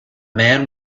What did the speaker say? man